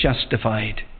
justified